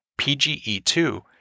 PGE2